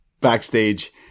backstage